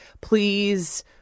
please